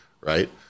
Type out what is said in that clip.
right